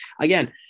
Again